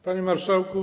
Panie Marszałku!